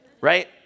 right